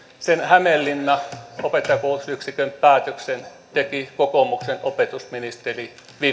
sen hämeenlinnan opettajakoulutusyksikön päätöksen teki kokoomuksen opetusministeri